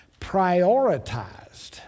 prioritized